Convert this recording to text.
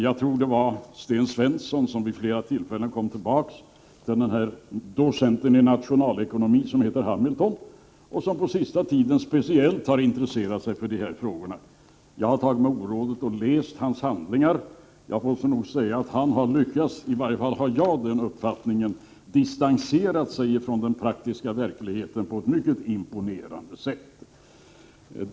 Jag tror det var Sten Svensson som vid flera tillfällen kom tillbaka till docenten i nationalekonomi Hamilton, som på sista tiden speciellt har intresserat sig för de här frågorna. Jag har tagit mig orådet före att läsa hans handlingar och måste nog säga att han har lyckats — i varje fall har jag den uppfattningen — distansera sig från den praktiska verkligheten på ett mycket imponerande sätt.